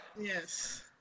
Yes